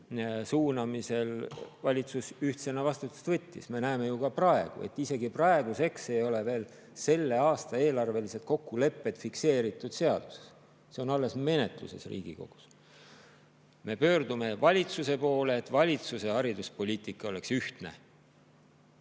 suunamisel ühtsena vastutust võttis. Me näeme ju, et isegi praeguseks ei ole veel selle aasta eelarvelised kokkulepped seaduses fikseeritud, vaid on alles menetluses Riigikogus. Me pöördume valitsuse poole, et valitsuse hariduspoliitika oleks ühtne.